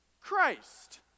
Christ